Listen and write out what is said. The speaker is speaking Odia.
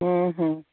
ହୁଁ ହୁଁ